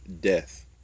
death